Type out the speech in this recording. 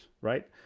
right